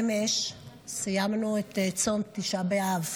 אמש סיימנו את צום תשעה באב.